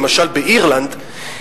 למשל באירלנד,